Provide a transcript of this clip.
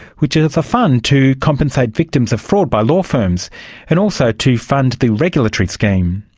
which is a fund to compensate victims of fraud by law firms and also to fund the regulatory scheme.